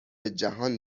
جهان